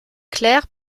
claire